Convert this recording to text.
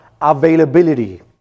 availability